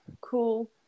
cool